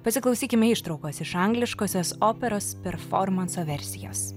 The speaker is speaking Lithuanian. pasiklausykime ištraukos iš angliškosios operos performanso versijos